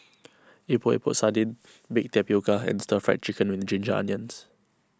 Epok Epok Sardin Baked Tapioca and Stir Fried Chicken with Ginger Onions